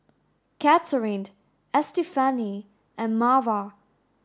Katharyn Estefany and Marva